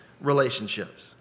relationships